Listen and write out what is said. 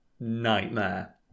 nightmare